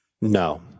No